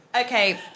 Okay